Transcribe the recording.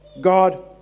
God